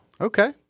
Okay